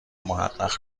محقق